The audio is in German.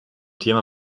thema